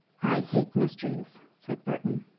i hate mysteries, said burton.